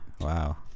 Wow